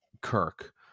Kirk